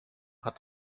hat